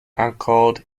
anchored